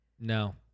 No